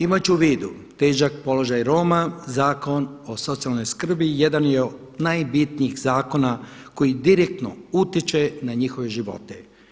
Imajući u vidu težak položaj Roma Zakon o socijalnoj skrbi jedan je od najbitnijih zakona koji direktno utječe na njihove živote.